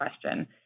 question